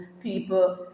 people